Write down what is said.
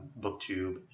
BookTube